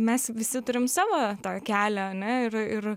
mes visi turim savo tą kelią ane ir